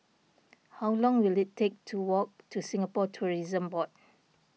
how long will it take to walk to Singapore Tourism Board